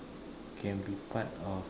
can be part of